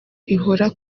ihora